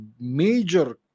major